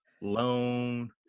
loan